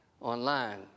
online